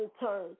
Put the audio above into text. return